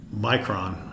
Micron